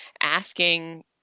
asking